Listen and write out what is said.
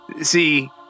See